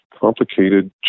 complicated